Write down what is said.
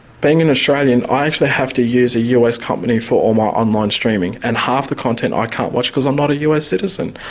being an australian, i actually have to use a us company for all my online streaming, and half the content i can't watch because i'm not a us citizen.